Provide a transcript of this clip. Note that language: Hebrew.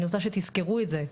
אני רוצה שתזכרו את זה,